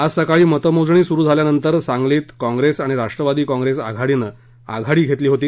आज सकाळी मतमोजणी सुरू झाल्यानंतर सांगलीत काँप्रेस आणि राष्ट्रवादी काँप्रेस आघाडीने आघाडी घेतली होती